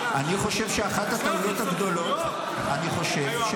אני חושב שאחת הטעויות הגדולות --- חסרות פה סמכויות?